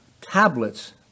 tablets